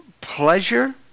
pleasure